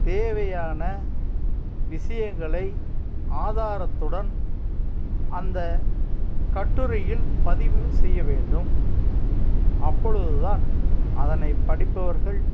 தேவையான விஷயங்களை ஆதாரத்துடன் அந்த கட்டுரையில் பதிவு செய்ய வேண்டும் அப்பொழுது தான் அதனை படிப்பவர்கள்